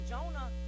Jonah